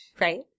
Right